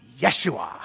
Yeshua